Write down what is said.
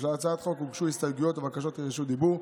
2023. להצעת החוק הוגשו הסתייגויות ובקשות לרשות דיבור.